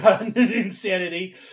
insanity